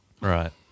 Right